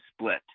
split